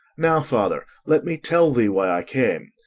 now, father, let me tell thee why i came.